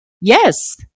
Yes